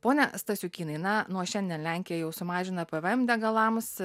pone stasiukynai na nuo šiandien lenkija jau sumažina pvm degalams